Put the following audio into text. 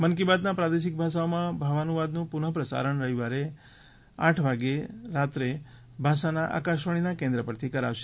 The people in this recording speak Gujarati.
મન કી બાતના પ્રાદેશિક ભાષાઓમાં ભાવાનુવાદનું પુનઃ પ્રસારણ આજે રાત્રે આઠ વાગે જે તે ભાષાના આકાશવાણીના કેન્દ્રો પરથી કરાશે